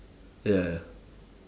ya ya